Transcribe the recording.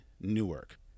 Newark